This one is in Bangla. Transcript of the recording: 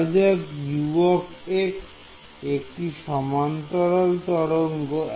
ধরা যাক U একটি সমান্তরাল তরঙ্গ